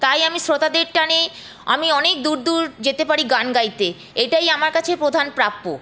তাই আমি শ্রোতাদের টানে আমি অনেক দূর দূর যেতে পারি গান গাইতে এটাই আমার কাছে প্রধান প্রাপ্য